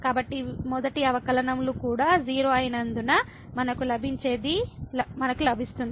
కాబట్టి ఈ మొదటి అవకలనం లు కూడా 0 అయినందున మనకు లభించేది మనకు లభిస్తుంది